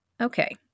Okay